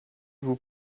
vous